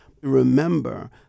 Remember